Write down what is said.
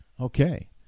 Okay